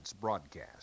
Broadcast